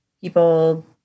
people